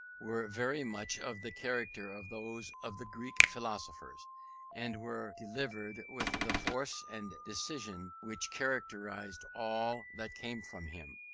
were very much of the character of those of the greek philosophers and were delivered with the force and decision which characterized all that came from him.